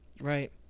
right